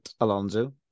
Alonso